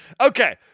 Okay